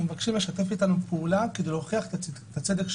הם מבקשים לשתף איתנו פעולה כדי להוכיח את הצדק שלהם.